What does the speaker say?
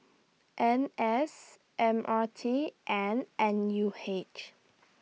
N S M R T and N U H